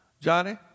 Johnny